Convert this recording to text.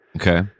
Okay